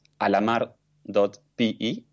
alamar.pe